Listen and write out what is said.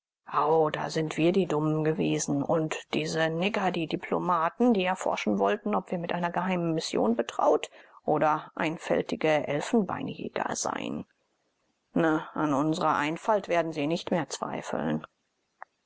da sind wir die dummen gewesen und diese nigger die diplomaten die erforschen wollten ob wir mit einer geheimen mission betraut oder einfältige elfenbeinjäger seien na an unsrer einfalt werden sie nicht mehr zweifeln